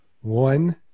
One